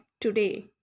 today